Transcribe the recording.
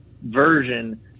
version